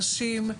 נשים,